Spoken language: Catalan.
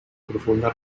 profunda